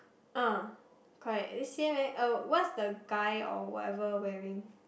uh correct eh same eh what's the guy or whatever wearing